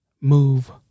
move